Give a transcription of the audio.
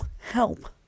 help